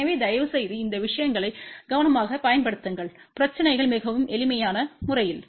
எனவே தயவுசெய்து இந்த விஷயங்களை கவனமாகப் பயன்படுத்துங்கள் பிரச்சினைகள் மிகவும் எளிமையான முறையில்